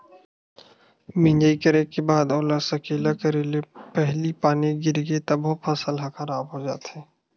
मिजई करे के बाद ओला सकेला करे ले पहिली पानी गिरगे तभो फसल ह खराब हो जाथे